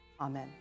Amen